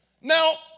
Now